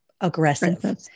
aggressive